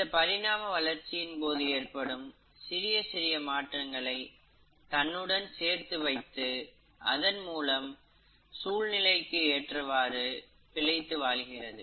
இந்த பரிணாம வளர்ச்சியின் போது ஏற்படும் சிறிய சிறிய மாற்றங்களை தன்னுடன் சேர்த்து வைத்து அதன் மூலம் சூழ்நிலைக்கு ஏற்றவாறு பிழைத்து வாழ்கிறது